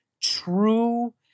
true